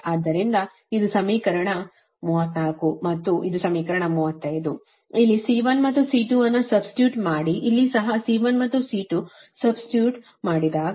ಆದ್ದರಿಂದ ಇದು ಸಮೀಕರಣ 34 ಮತ್ತು ಇದು ಸಮೀಕರಣ 35 ಇಲ್ಲಿ C1 C2 ಅನ್ನು ಸಬ್ಸ್ಟಿಟ್ಯೂಟ್ ಮಾಡಿ ಇಲ್ಲಿ ಸಹ C1 C2 ಸಬ್ಸ್ಟಿಟ್ಯೂಟ್ ಮಾಡಿರಿ